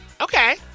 Okay